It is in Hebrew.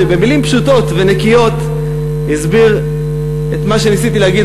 שבמילים פשוטות ונקיות הסביר את מה שניסיתי להגיד.